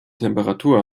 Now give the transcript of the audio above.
temperatur